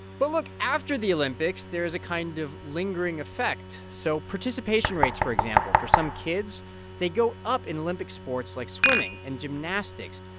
but look. after the olympics, there's a kind of lingering effect. so participation rates, for example, for some kids they go up in olympic sports like swimming and gymnastics.